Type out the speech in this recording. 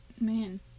Man